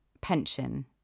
pension